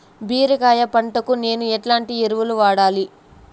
బీరకాయ పంటకు నేను ఎట్లాంటి ఎరువులు వాడాలి?